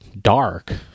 dark